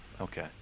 Okay